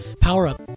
power-up